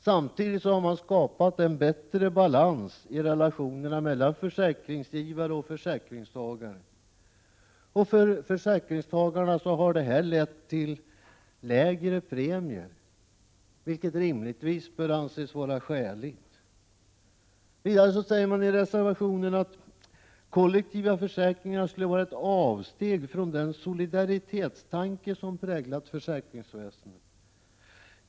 Samtidigt har man skapat en bättre balans i relationerna mellan försäkringsgivare och försäkringstagare. För försäkringstagarna har detta lett till lägre premier, vilket rimligtvis bör anses vara skäligt. Vidare sägs det i reservationen att kollektiva försäkringar skulle vara ett avsteg från den solidaritetstanke som präglat försäkringsväsendet.